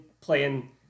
playing